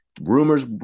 Rumors